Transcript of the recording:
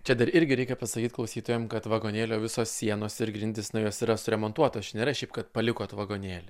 čia dar irgi reikia pasakyt klausytojam kad vagonėlio visos sienos ir grindys na jos yra suremontuotos nėra šiaip kad palikot vagonėlį